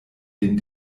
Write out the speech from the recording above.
den